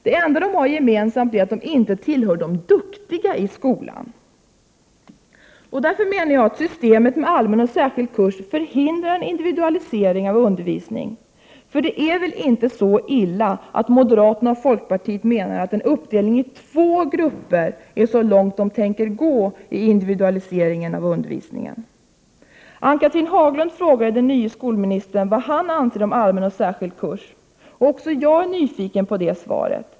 Det enda de har gemensamt är att de inte tillhör de duktiga i skolan. Därför menar jag att systemet med allmän och särskild kurs förhindrar en individualisering av undervisningen. Det är väl inte så illa att moderaterna och folkpartiet menar att en uppdelning i två grupper är så långt de tänker gå i individualiseringen av undervisningen? Ann-Cathrine Haglund frågade den nye skolministern vad han ansåg om allmän och särskild kurs. Även jag är nyfiken på det svaret.